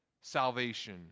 salvation